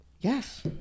Yes